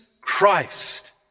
Christ